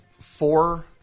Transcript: four